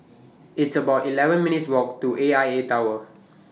It's about eleven minutes' Walk to A I A Tower